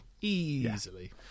Easily